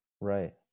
Right